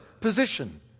position